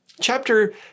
Chapter